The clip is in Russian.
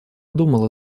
думала